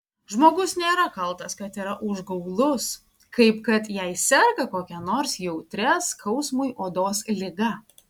žmogus nėra kaltas kad yra užgaulus kaip kad jei serga kokia nors jautria skausmui odos liga